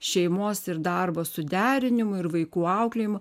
šeimos ir darbo suderinimu ir vaikų auklėjimu